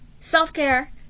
self-care